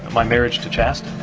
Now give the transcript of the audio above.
my marriage to chasten,